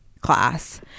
class